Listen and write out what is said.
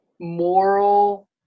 moral